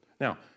Now